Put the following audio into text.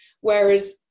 whereas